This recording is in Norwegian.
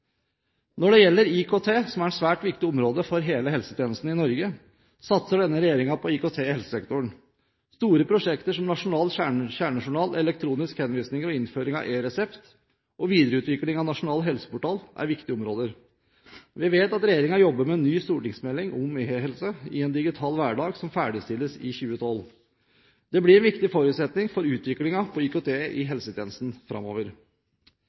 Når det gjelder IKT, som er et svært viktig område for hele helsetjenesten i Norge, satser denne regjeringen på IKT i helsesektoren. Store prosjekter som nasjonal kjernejournal, elektronisk henvisning, innføring av eResept og videreutvikling av nasjonal helseportal er viktige områder. Vi vet at regjeringen jobber med en ny stortingsmelding om e-helse i en digital hverdag, som ferdigstilles i 2012. Det blir en viktig forutsetning for utviklingen av IKT i helsetjenesten framover.